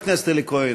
חבר הכנסת אלי כהן,